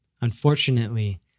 Unfortunately